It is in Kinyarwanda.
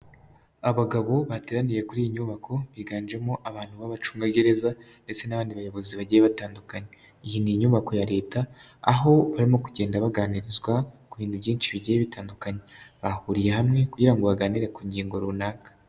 Abagabo bateraniye kuri iyi nyubako, biganjemo abantu b'abacungagereza ndetse n'abandi bayobozi bagiye batandukanye. Iyi ni inyubako ya leta aho barimo kugenda baganirizwa ku bintu byinshi bigiye bitandukanye. Bahuriye hamwe kugirango ngo baganire ku ngingo runaka.